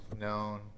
known